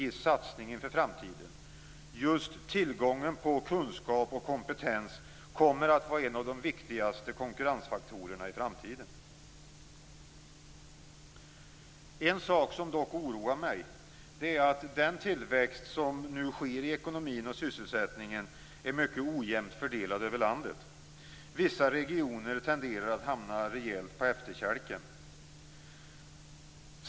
Just tillgången på kunskap och kompetens kommer att vara en av de viktigaste konkurrensfaktorerna i framtiden. Vissa regioner tenderar att hamna rejält på efterkälken.